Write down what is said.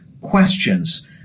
questions